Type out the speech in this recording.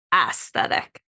aesthetic